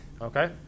okay